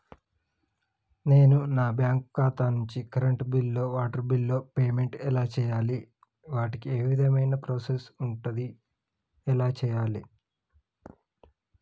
నేను నా బ్యాంకు ఖాతా నుంచి కరెంట్ బిల్లో వాటర్ బిల్లో పేమెంట్ ఎలా చేయాలి? వాటికి ఏ విధమైన ప్రాసెస్ ఉంటది? ఎలా చేయాలే?